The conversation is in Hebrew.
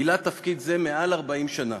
הוא מילא תפקיד זה מעל 40 שנה.